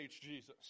Jesus